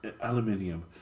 Aluminium